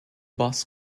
boss